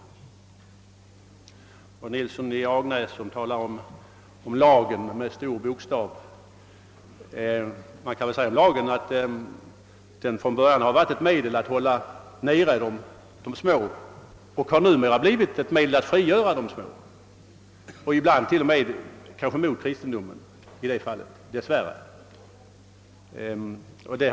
Herr Nilsson i Agnäs talade om Lagen — med stor bokstav — och man kan väl säga att lagen från början varit ett medel att hålla nere de små men att den numera blivit ett medel att frigöra de små — ibland kanske till och med under motstånd från kristendomen, dess värre.